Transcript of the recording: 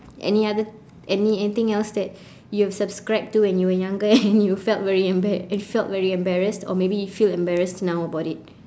any other any anything else that you have subscribed to when you were younger and you felt very emba~ felt very embarrassed or maybe you feel very embarrassed now about it